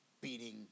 beating